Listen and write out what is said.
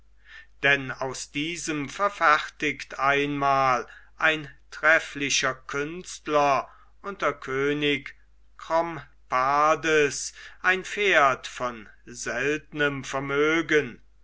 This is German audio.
denn aus diesem verfertigt einmal ein trefflicher künstler unter könig krompardes ein pferd von seltnem vermögen